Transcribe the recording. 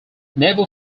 naval